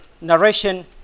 narration